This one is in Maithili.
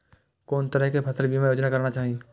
कोन तरह के फसल बीमा योजना कराना चाही?